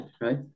right